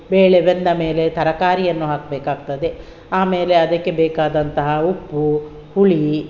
ಬೇಳೆ ಬೆಂದ ಮೇಲೆ ತರಕಾರಿಯನ್ನು ಹಾಕಬೇಕಾಗ್ತದೆ ಆಮೇಲೆ ಅದಕ್ಕೆ ಬೇಕಾದಂತಹ ಉಪ್ಪು ಹುಳಿ